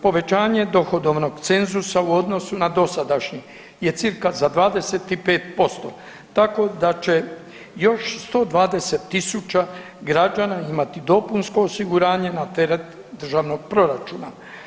Povećanje dohodovnog cenzusa u odnosu na dosadašnji je cirka za 25%, tako da će još 120 tisuća građana imati dopunsko osiguranje na teret Državnog proračuna.